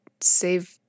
save